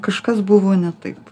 kažkas buvo ne taip